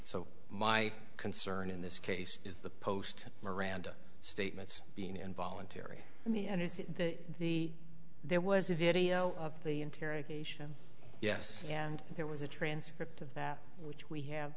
so my concern in this case is the post miranda statements being involuntary in the end is that the there was a video of the interrogation yes and there was a transcript of that which we have